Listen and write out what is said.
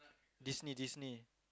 Disney Disney